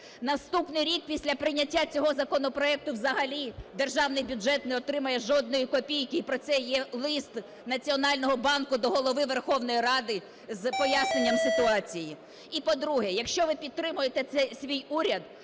Наступний рік, після прийняття цього законопроекту взагалі державний бюджет не отримає жодної копійки і про це є лист Національного банку до Голови Верховної Ради з поясненням ситуації. І по-друге. Якщо ви підтримуєте цей свій уряд,